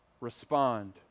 respond